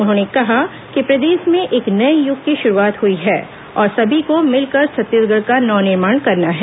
उन्होंने कहा कि प्रदेश में एक नये युग की शुरूआत हई है और सभी को मिलकर छत्तीसगढ़ का नव निर्माण करना है